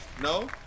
no